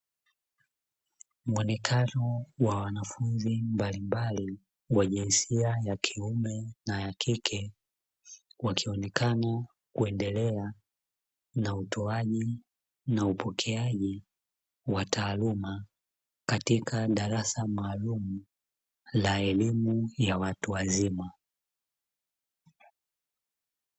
Muonekano wa wanafunzi mbalimbali wa jinsia ya kiume na ya kike wakionekana kuendelea na utoaji na upokeaji wa taaluma, katika darasa maalumu la watu wazima.